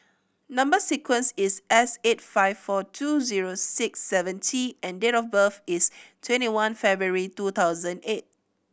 number sequence is S eight five four two zero six seven T and date of birth is twenty one February two thousand eight